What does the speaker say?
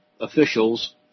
officials